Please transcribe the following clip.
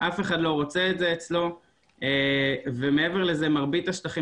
אף אחד לא רוצה את זה אצלו ומעבר לזה מרבית השטחים